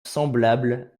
semblable